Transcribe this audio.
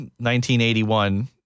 1981